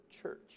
church